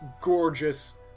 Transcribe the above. gorgeous